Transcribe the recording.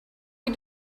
you